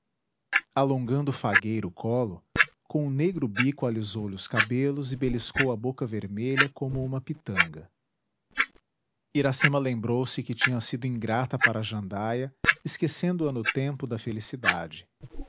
alongando fagueira o colo com o negro bico alisou lhe os cabelos e beliscou a boca vermelha como uma pitanga iracema lembrou-se que tinha sido ingrata para a jandaia esquecendo a no tempo da felicidade